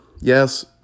Yes